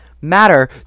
matter